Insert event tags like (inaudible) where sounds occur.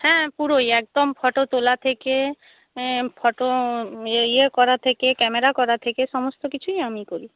হ্যাঁ পুরোই একদম ফটো তোলা থেকে (unintelligible) ফটো (unintelligible) ইয়ে করা থেকে ক্যামেরা করা থেকে সমস্ত কিছুই আমি করি